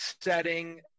setting